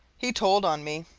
he told on me,